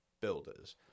builders